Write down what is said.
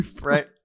right